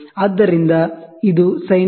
ಆದ್ದರಿಂದ ಇದು ಸೈನ್ θ